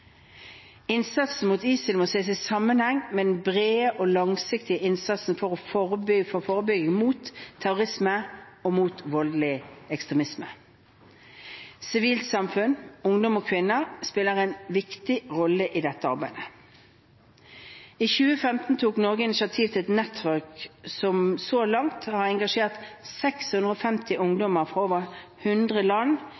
Innsatsen mot ISIL må ses i sammenheng med den brede og langsiktige innsatsen for forebygging mot terrorisme og mot voldelig ekstremisme. Sivilt samfunn, ungdom og kvinner spiller en viktig rolle i dette arbeidet. I 2015 tok Norge initiativ til et nettverk som så langt har engasjert 650